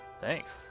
Thanks